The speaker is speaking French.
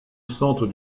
centre